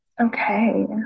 okay